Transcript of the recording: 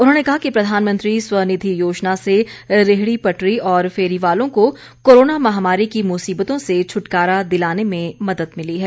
उन्होंने कहा कि प्रधानमंत्री स्व निधि योजना से रेहड़ी पटरी और फेरी वालों को कोरोना महामारी की मुसीबतों से छुटकारा दिलाने में मदद मिली है